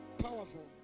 Powerful